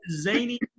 zany